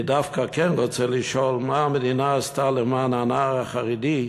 אני דווקא כן רוצה לשאול מה המדינה עשתה למען הנער החרדי,